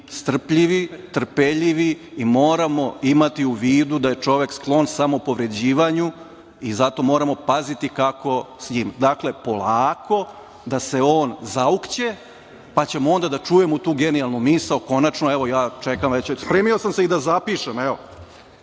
strpljivi, trpeljivi i moramo imati u vidu da je čovek sklon samopovređivanju i zato moramo paziti i kako s njim. Dakle, polako, da se on zaukće, pa ćemo onda da čujemo tu genijalnu misao, konačno. Evo, ja čekam, spremio sam se i da zapišem, evo,